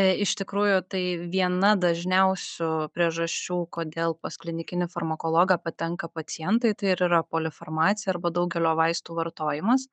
iš tikrųjų tai viena dažniausių priežasčių kodėl pas klinikinį farmakologą patenka pacientai tai ir yra polifarmacija arba daugelio vaistų vartojimas